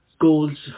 goals